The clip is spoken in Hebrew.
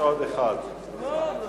לדיון מוקדם